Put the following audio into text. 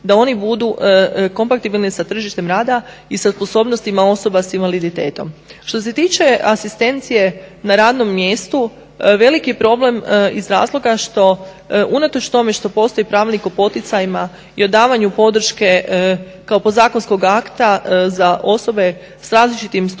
da oni budu kompatibilni sa tržištem rada i sa sposobnostima osoba s invaliditetom. Što se tiče asistencije na radnom mjestu veliki je problem iz razloga što unatoč tome što postoji pravilnik o poticajima i o davanju podrške kao podzakonskog akta za osobe s različitim stupnjevima